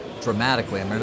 dramatically